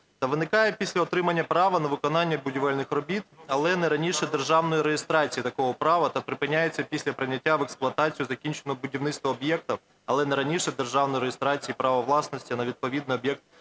виникає після отримання права на виконання будівельних робіт. Але не раніше державної реєстрації такого права та припиняється після прийняття в експлуатацію закінченого будівництва об'єкта. Але не раніше державної реєстрації права власності на відповідний об'єкт